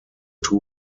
two